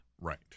right